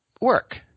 work